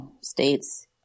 states